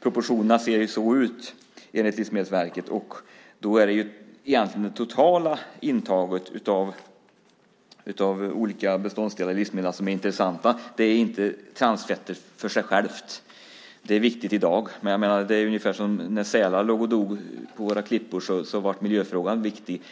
proportionerna ser ut så enligt Livsmedelsverket. Då är det egentligen det totala intaget av olika beståndsdelar i livsmedlen som är intressanta. Det är inte transfetter i sig själva. Det är viktigt i dag, men det är ungefär som när sälar dog på våra klippor. Då blev miljöfrågan viktig.